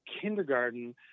kindergarten